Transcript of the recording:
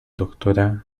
doctora